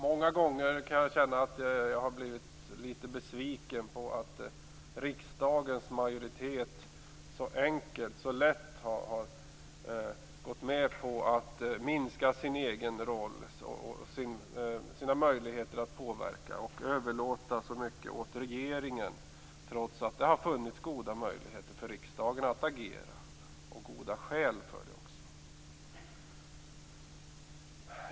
Många gånger har jag känt mig litet besviken på att riksdagens majoritet så enkelt och lätt har gått med på att minska sin egen roll och sina möjligheter att påverka och överlåtit så mycket åt regeringen, trots att funnits goda möjligheter för riksdagen att agera och goda skäl för det också.